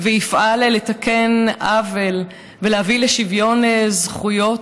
שיפעל לתקן עוול ולהביא לשוויון זכויות,